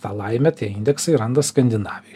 tą laimę tie indeksai randa skandinavijoj